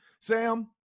Sam